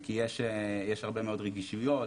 כי יש הרבה מאוד רגישויות,